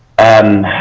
and